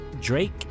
Drake